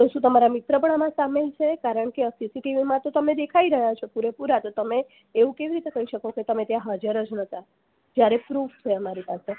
તો શું તમારા મિત્ર પણ આમાં સામિલ છે કારણકે આ સીસીટીવીમાં તો તમે દેખાઈ રહ્યા છો પૂરેપૂરા તો તમે એવું કેવી રીતે કહી શકો કે તમે ત્યાં હાજર જ નહતા જ્યારે પ્રૂફ છે મારી પાસે